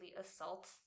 assault